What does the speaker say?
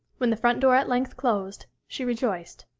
when the front door at length closed she rejoiced,